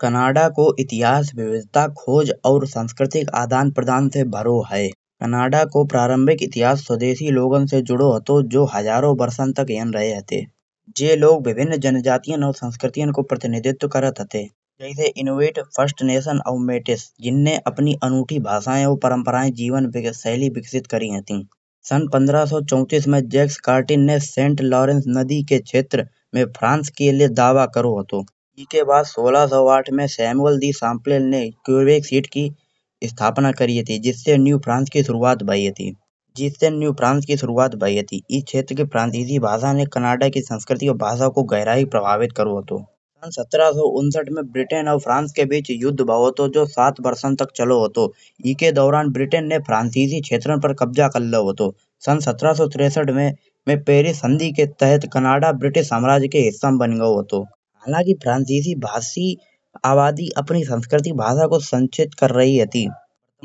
कनाडा को इतिहास विविधता खोज और सांस्कृतिक आदान प्रदान से भरो है। कनाडा को प्रारंभिक इतिहास स्वदेशी लोगों से जुड़ो हाथो जो हजारों बरसों से यहाँ रहे हते। जे लोग विभिन्न जनजातियाँ और संस्कृतियाँ को प्रतिनिधित्व करत हते। जसे Inuit first nation of Metis जिंने अपनी अनूठी भाषाये और परम्पराये जीवन शैली विकसित करी हती। सन पंद्रह सौ चौतीस में जाश कार्टिन ने सेंट लॉरेंस नदी के क्षेत्र में फ्रांस के लिए दावा करो हाथो। जाके बाद सोलह सौ आठ ने की स्थापना करी हती। जिससे न्यू फ्रांस की शुरुआत भई हती जिस दिन नई फ्रांस की शुरुआत भई हती। इे क्षेत्र की फ्रांसीसी भाषा ने कनाडा की संस्कृति और गहराई प्रभावित करो हाथो। सन सत्रह सौ उनसठ में ब्रिटेन और फ्रांस की बीच युद्ध भावो हाथो जो सात बरसों तक चलो हाथो। इके दौरान ब्रिटेन ने फ्रांसीसी क्षेत्रों पर कब्जा कर लाओ हाथो। सन सत्रह सौ तिरसठ में पेरिस संधि के तहत कनाडा ब्रिटिश साम्राज्य के हिस्सा में बन गाओ हाथो। हालाकि फ्रांसीसी भाषी आबादी अपनी सांस्कृतिक भाषा को संचित कर रही हती।